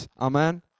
Amen